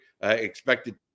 expected